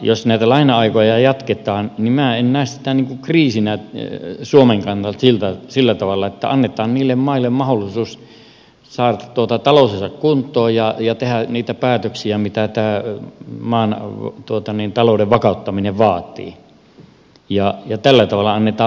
jos näitä laina aikoja jatketaan niin minä en näe sitä kriisinä suomen kannalta sillä tavalla että annetaan niille maille mahdollisuus saada taloutensa kuntoon ja tehdä niitä päätöksiä mitä maan talouden vakauttaminen vaatii ja tällä tavalla annetaan mahdollisuus